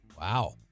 Wow